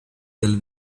dal